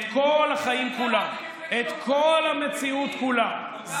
את כל החיים כולם,